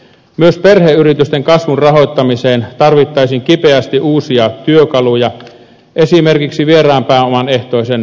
myös perheyritysten kasvun rahoittamiseen tarvittaisiin kipeästi uusia työkaluja esimerkiksi vieraan pääomaehtoisen vaihtovelkakirjalainan muodossa